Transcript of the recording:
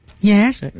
Yes